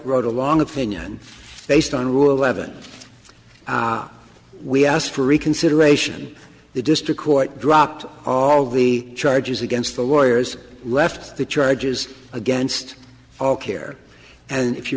wrote a long opinion based on rule eleven we asked for reconsideration the district court dropped all the charges against the lawyers left the charges against all care and if you